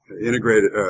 integrated, –